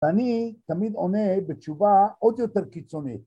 ‫ואני תמיד עונה בתשובה ‫עוד יותר קיצונית.